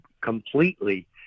completely